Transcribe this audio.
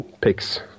picks